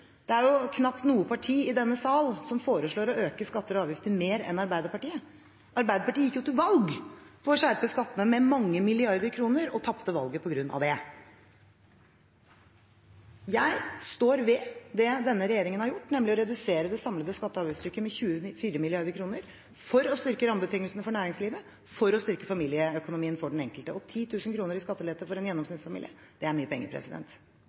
Det er knapt noe parti i denne salen som foreslår å øke skatter og avgifter mer enn Arbeiderpartiet. Arbeiderpartiet gikk til valg på å skjerpe skattene med mange milliarder kroner – og tapte valget på grunn av det. Jeg står ved det denne regjeringen har gjort, nemlig å redusere det samlede skatte- og avgiftstrykket med 24 mrd. kr – for å styrke rammebetingelsene for næringslivet, for å styrke familieøkonomien for den enkelte. 10 000 kr i skattelette for en gjennomsnittsfamilie er mye penger.